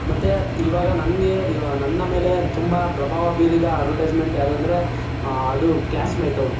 ಮತ್ತು ಇವಾಗ ನನಗೆ ನನ್ನ ಮೇಲೆ ತುಂಬ ಪ್ರಭಾವ ಬೀರಿದ ಅಡ್ವರ್ಟೈಸ್ಮೆಂಟ್ ಯಾವುದು ಅಂದರೆ ಅದು ಕ್ಲಾಸ್ಮೇಟು